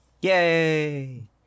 Yay